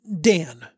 Dan